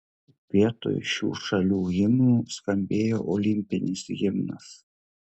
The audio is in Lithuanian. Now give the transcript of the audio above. vietoj šių šalių himnų skambėjo olimpinis himnas